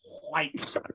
White